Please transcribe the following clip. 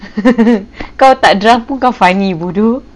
kau tak drunk pun kau funny bodoh